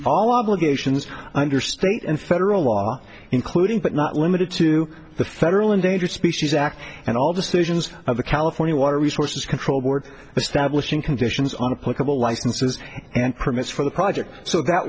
our obligations under state and federal law including but not limited to the federal endangered species act and all decisions of the california water resources control board establishing conditions on the portable licenses and permits for the project so that